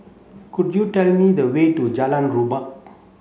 could you tell me the way to Jalan Rukam